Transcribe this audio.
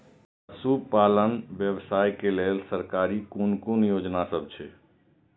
पशु पालन व्यवसाय के लेल सरकारी कुन कुन योजना सब छै?